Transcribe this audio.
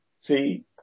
see